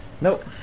Nope